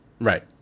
Right